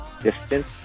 distance